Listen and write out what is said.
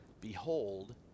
Behold